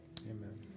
Amen